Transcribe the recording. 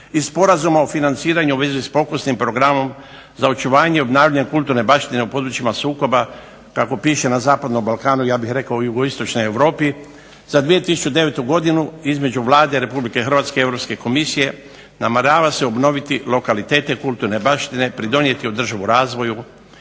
i Sporazuma o financiranju u vezi s pokusnim programom za očuvanje i obnavljanje kulturne baštine u područjima sukoba kako piše na zapadnom Balkanu. Ja bih rekao jugoistočnoj Europi za 2009. godinu između Vlade Republike Hrvatske i Europske komisije namjerava se obnoviti lokalitete kulturne baštine, pridonijeti održivu razvoju